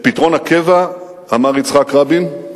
את פתרון הקבע", אמר יצחק רבין,